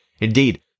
Indeed